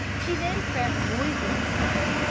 he then crept noiselessly back,